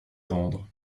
rendre